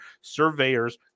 surveyors